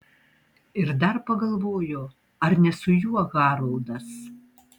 ir dar pagalvojo ar ne su juo haroldas